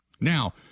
now